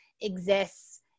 exists